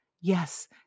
Yes